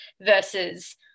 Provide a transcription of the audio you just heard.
versus